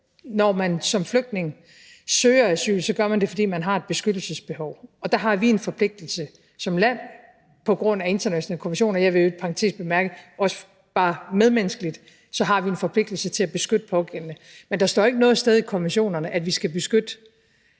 når man som flygtning søger asyl, gør man det, fordi man har et beskyttelsesbehov. Og der har vi en forpligtelse som land på grund af internationale konventioner. Jeg vil i øvrigt i parantes bemærke, at vi også bare medmenneskeligt har en forpligtelse til at beskytte pågældende. Men der står ikke noget sted i konventionerne, at vi skal beskytte